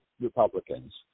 Republicans